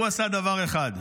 הוא עשה דבר אחד.